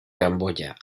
camboya